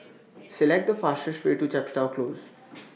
Select The fastest Way to Chepstow Close